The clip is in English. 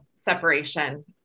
separation